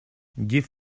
div